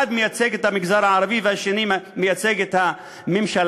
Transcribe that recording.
אחד מייצג את המגזר הערבי והשני מייצג את הממשלה,